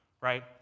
right